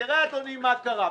ותראה אדוני מה קרה.